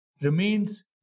remains